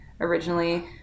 originally